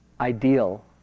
ideal